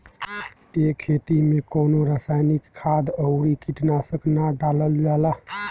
ए खेती में कवनो रासायनिक खाद अउरी कीटनाशक ना डालल जाला